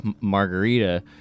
margarita